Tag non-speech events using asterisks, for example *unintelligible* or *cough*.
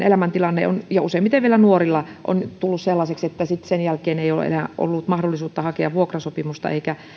*unintelligible* elämäntilanne useimmiten vielä nuorilla on tullut sellaiseksi että sitten sen jälkeen ei ole enää ollut mahdollisuutta hakea vuokrasopimusta eikä